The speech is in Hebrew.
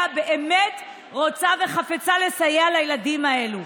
באמת רוצה וחפצה לסייע לילדים האלה.